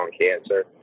cancer